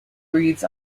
breeds